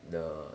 the